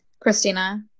Christina